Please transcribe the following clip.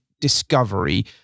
discovery